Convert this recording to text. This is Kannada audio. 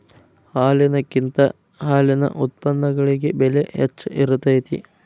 ಹಾಲಿನಕಿಂತ ಹಾಲಿನ ಉತ್ಪನ್ನಗಳಿಗೆ ಬೆಲೆ ಹೆಚ್ಚ ಇರತೆತಿ